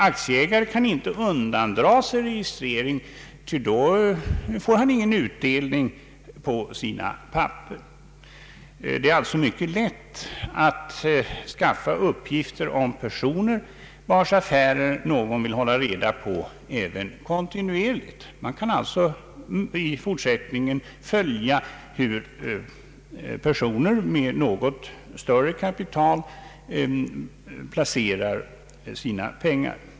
Aktieägare kan inte undandra sig registrering, ty då får han ingen utdelning på sina papper. Det är alltså mycket lätt att skaffa uppgifter om personer, vilkas affärer någon vill hålla reda på även kontinuerligt. Man kan i fortsättningen följa hur personer med något större kapital placerar sina pengar.